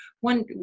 one